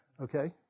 Okay